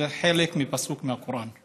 זה חלק מפסוק מהקוראן,